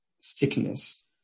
sickness